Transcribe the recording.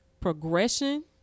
progression